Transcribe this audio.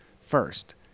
first